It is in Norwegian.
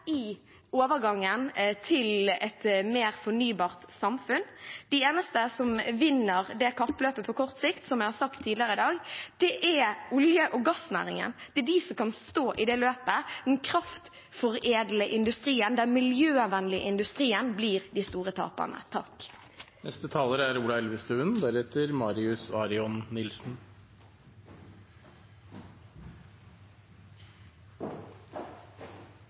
i overgangen til et mer fornybart samfunn. De eneste som vinner det kappløpet på kort sikt – som jeg har sagt tidligere i dag – er olje- og gassnæringen. Det er de som kan stå i det løpet. Den kraftforedlende industrien og den miljøvennlige industrien blir de store taperne. Vi nærmer oss slutten av diskusjonen. Først: Det er